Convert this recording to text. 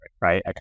right